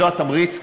זה התמריץ.